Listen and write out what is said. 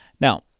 Now